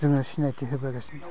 जोङो सिनायथि होबोगासिनो